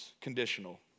conditional